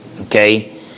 Okay